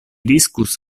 riskus